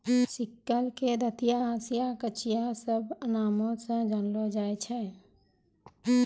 sickle के दंतिया, हंसिया, कचिया इ सभ नामो से जानलो जाय छै